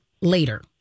later